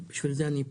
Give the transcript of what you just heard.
בשביל זה אני פה.